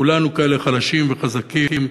כולנו כאלה חלשים וחזקים.